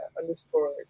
underscore